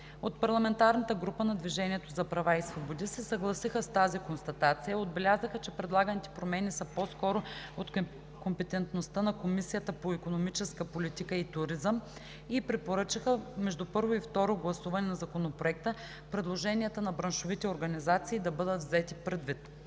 От парламентарната група на „Движението за права и свободи“ се съгласиха с тази констатация, отбелязаха, че предлаганите промени са по-скоро от компетентността на Комисията по икономическа политика и туризъм и препоръчаха между първо и второ гласуване на Законопроекта предложенията на браншовите организации да бъдат взети предвид.